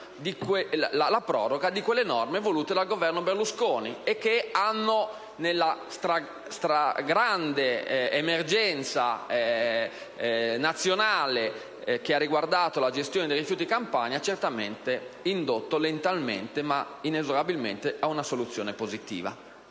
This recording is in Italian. la proroga di quelle norme volute dal Governo Berlusconi e che hanno, nella grande emergenza nazionale che ha riguardato la gestione dei rifiuti in Campania, certamente portato lentamente ma inesorabilmente ad una soluzione positiva.